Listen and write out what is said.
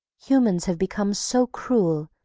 humans have become so cruel,